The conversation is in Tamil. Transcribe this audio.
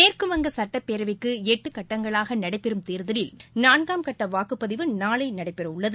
மேற்குவங்க சட்டப்பேரவைக்கு எட்டு கட்டங்களாக நடைபெறும் தேர்தலில் நான்காம் கட்ட வாக்குப்பதிவு நாளை நடைபெறவுள்ளது